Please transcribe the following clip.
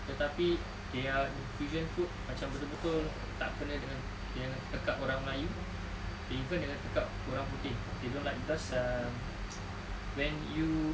tetapi their fusion food macam betul-betul tak kena dengan tekak orang melayu even dengan tekak orang putih they don't like cause um when you